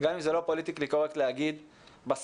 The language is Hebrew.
גם אם זה לא פוליטיקלי קורקט להגיד בסוף,